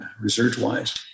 research-wise